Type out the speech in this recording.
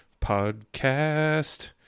podcast